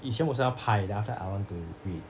以前我是要拍 then after that I want to read